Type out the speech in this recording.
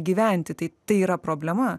gyventi tai tai yra problema